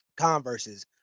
Converses